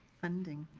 funding.